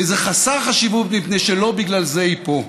וזה חסר חשיבות מפני שלא בגלל זה היא פה,